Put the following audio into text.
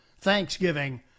Thanksgiving